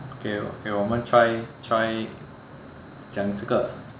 okay okay 我们 try try 讲这个